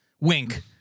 wink